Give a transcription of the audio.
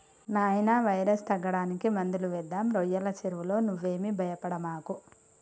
నాయినా వైరస్ తగ్గడానికి మందులు వేద్దాం రోయ్యల సెరువులో నువ్వేమీ భయపడమాకు